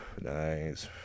Nice